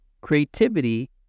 creativity